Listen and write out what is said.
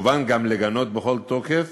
וכמובן גם לגנות בכל תוקף